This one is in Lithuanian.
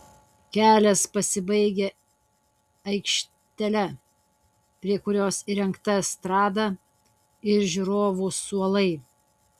kelias pasibaigia aikštele prie kurios įrengta estrada ir žiūrovų suolai